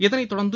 இதனைத்தொடர்ந்து